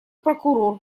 прокурор